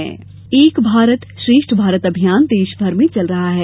एक भारत श्रेष्ठ भारत एक भारत श्रेष्ठ भारत अभियान देश भर में चल रहा है